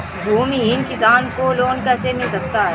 भूमिहीन किसान को लोन कैसे मिल सकता है?